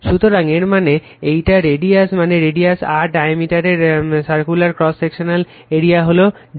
সুতরাং এর মানে এইটা রেডিয়াস মানে রেডিয়াস R ডায়ামিটার এর সর্কিউলার ক্রস সেকশন হলো d